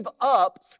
up